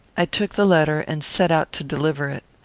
i took the letter and set out to deliver it.